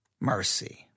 mercy